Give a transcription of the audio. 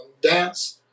dance